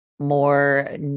more